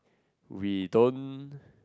we don't